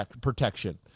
protection